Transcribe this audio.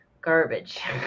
garbage